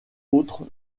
autres